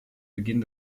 beginn